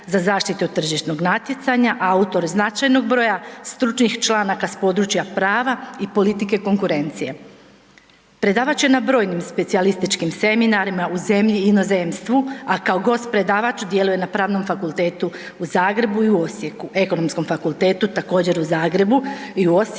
za zaštitu tržišnog natjecanja, autor značajnog broja stručnih članaka s područja prava i politike konkurencije. Predavač je na brojnim specijalističkim seminarima u zemlji i inozemstvu a kao gost predavač djeluje na Pravnom fakultetu u Zagrebu i u Osijeku, Ekonomskom fakultetu također u Zagrebu,